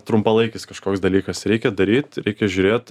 trumpalaikis kažkoks dalykas reikia daryt reikia žiūrėt